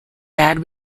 bad